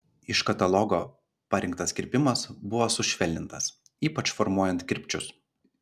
iš katalogo parinktas kirpimas buvo sušvelnintas ypač formuojant kirpčius